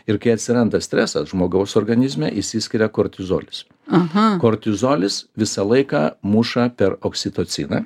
ir kai atsiranda stresas žmogaus organizme išsiskiria kortizolis aha kortizolis visą laiką muša per oksitociną